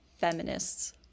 feminists